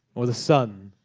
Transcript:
or the sun,